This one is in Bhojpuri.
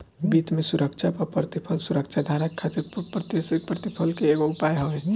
वित्त में सुरक्षा पअ प्रतिफल सुरक्षाधारक खातिर पूर्व प्रत्याशित प्रतिफल के एगो उपाय हवे